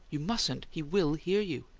you mustn't! he will hear you!